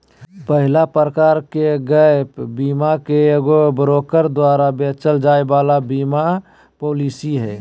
पहला प्रकार के गैप बीमा मे एगो ब्रोकर द्वारा बेचल जाय वाला बीमा पालिसी हय